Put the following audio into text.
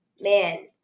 man